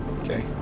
Okay